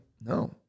No